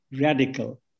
radical